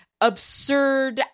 absurd